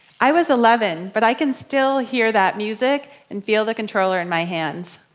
i was eleven, but i can still hear that music and feel the controller in my hands.